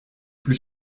plus